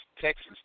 Texas